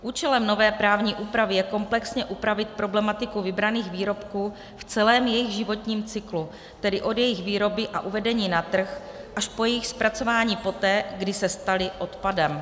Účelem nové právní úpravy je komplexně upravit problematiku vybraných výrobků v celém jejich životním cyklu, tedy od jejich výroby a uvedení na trh až po jejich zpracování poté, kdy se staly odpadem.